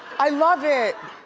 i love it,